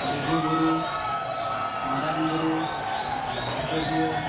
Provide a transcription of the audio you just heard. ᱞᱩᱜᱩᱵᱩᱨᱩ ᱢᱟᱨᱟᱝ ᱵᱩᱨᱩ ᱟᱡᱳᱫᱤᱭᱟᱹ